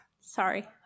Sorry